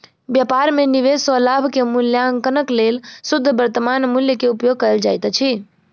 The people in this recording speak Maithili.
व्यापार में निवेश सॅ लाभ के मूल्याङकनक लेल शुद्ध वर्त्तमान मूल्य के उपयोग कयल जाइत अछि